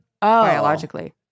biologically